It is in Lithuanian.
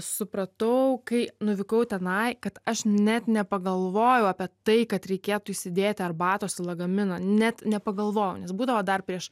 supratau kai nuvykau tenai kad aš net nepagalvojau apie tai kad reikėtų įsidėti arbatos į lagaminą net nepagalvojau nes būdavo dar prieš